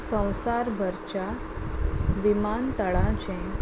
संवसार भरच्या विमानतळांचें